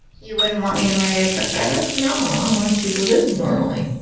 you wouldn't want me to marry a truck driver? no, i want you to live normally.